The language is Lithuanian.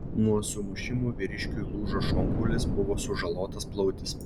nuo sumušimų vyriškiui lūžo šonkaulis buvo sužalotas plautis